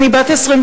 אני בת 28,